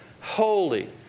holy